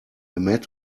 met